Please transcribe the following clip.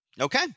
Okay